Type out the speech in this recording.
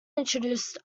introduced